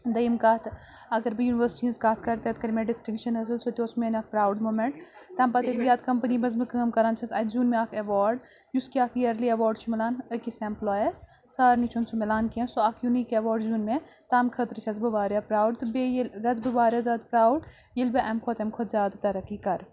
دٔیِم کَتھ اگر بہٕ یوٗنیورسٹی ہٕنٛز کَتھ کَرٕ تَتہِ کٔرۍ مےٚ ڈِسٹِنٛگشَن حظ سُہ تہِ اوس میٛانہِ اَکھ پرٛاوُڈ موٗمٮ۪نٛٹ تَمہِ پَتہٕ ییٚلہِ بہٕ یَتھ کَمپٔنی منٛز بہٕ کٲم کَران چھَس اَتہِ زیُن مےٚ اَکھ اٮ۪واڈ یُس کہِ اَکھ یٔرلی اٮ۪واڈ چھُ مِلان أکِس اٮ۪مپٕلایَس سارِنی چھُنہٕ سُہ مِلان کینٛہہ سُہ اَکھ یوٗنیٖک اٮ۪واڈ زیوٗن مےٚ تٔمۍ خٲطرٕ چھَس بہٕ واریاہ پرٛاوُڈ تہٕ بیٚیہِ ییٚلہِ گژھٕ بہٕ واریاہ زیادٕ پرٛاوُڈ ییٚلہِ بہٕ اَمہِ کھۄتہٕ اَمہِ کھۄتہٕ زیادٕ ترقی کَرٕ